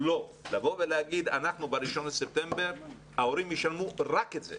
לא, להגיד ב-1 בספטמבר ההורים ישלמו רק את זה.